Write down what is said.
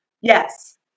Yes